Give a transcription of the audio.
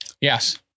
Yes